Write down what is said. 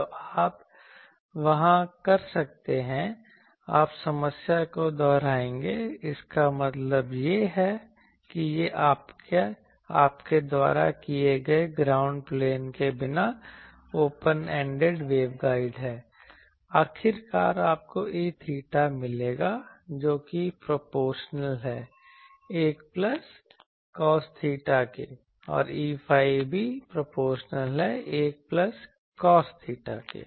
तो आप वहां कर सकते हैं आप समस्या को दोहराएंगे इसका मतलब यह है कि यह आपके द्वारा किए गए ग्राउंड प्लेन के बिना ओपन एंडेड वेवगाइड है आखिरकार आपको E𝚹 मिलेगा जो कि प्रोपोर्शनल है 1 प्लस cos theta के और Eϕ भी प्रोपोर्शनल है 1 प्लस cos theta के